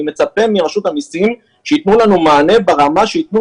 אני מצפה מרשות המסים שייתנו לנו מענה ברמה שייתנו